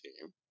team